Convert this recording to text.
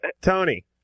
Tony